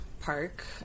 park